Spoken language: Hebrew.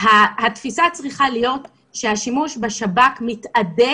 התפיסה צריכה להיות שהשימוש בשב"כ מתאדה